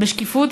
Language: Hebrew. בשקיפות,